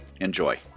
Enjoy